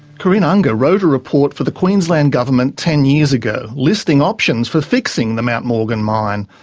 corinne unger wrote a report for the queensland government ten years ago, listing options for fixing the mount morgan mine.